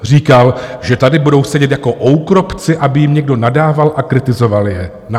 Říkal, že tady budou sedět jako oukropci, aby jim někdo nadával a kritizoval je.